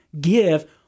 give